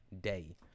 day